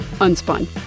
Unspun